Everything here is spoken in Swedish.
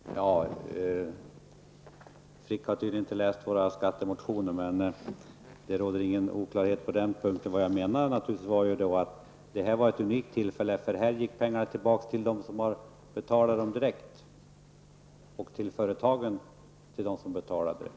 Fru talman! Frick har tydligen inte läst våra skattemotioner. Det råder ingen oklarhet på den punkten. Vad jag menade var naturligtvis att det här var ett unikt tillfälle, eftersom pengarna här går direkt tillbaka till dem som har betalat in dem.